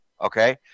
Okay